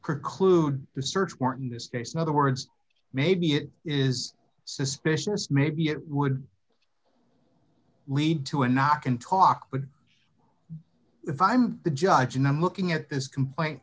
preclude the search warrant in this case in other words maybe it is suspicious maybe it would lead to a knock and talk would if i'm the judge and i'm looking at this complaint